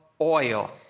oil